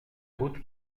route